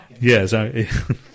Yes